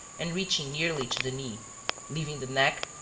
and reaching nearly to the knee leaving the neck,